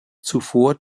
zuvor